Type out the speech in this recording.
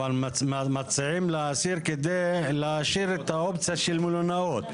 אבל מציעים להסיר כדי להשאיר את האופציה של מלונאות.